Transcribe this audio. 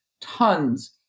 tons